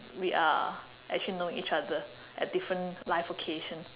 we are actually know each other at different life occasion